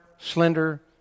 slender